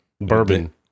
Bourbon